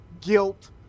guilt